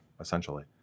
essentially